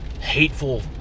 hateful